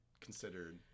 considered